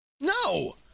No